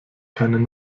keinen